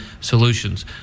solutions